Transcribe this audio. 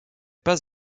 passe